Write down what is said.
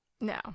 No